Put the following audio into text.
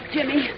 Jimmy